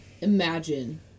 Imagine